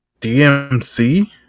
DMC